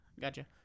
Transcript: Gotcha